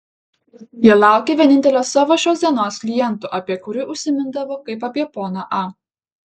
ji laukė vienintelio savo šios dienos kliento apie kurį užsimindavo kaip apie poną a